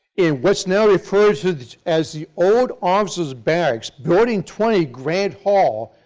in what is now referred to as the old officer's barracks, building twenty, grant hall,